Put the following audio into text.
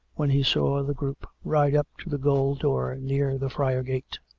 when he saw the group ride up to the gaol door near the friar gate.